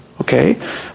okay